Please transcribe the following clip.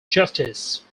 justice